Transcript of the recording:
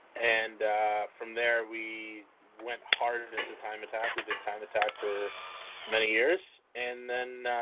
and from there we went harder into time attack. we did time attack for many years. and then,